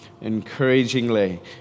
encouragingly